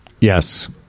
Yes